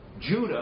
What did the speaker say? Judah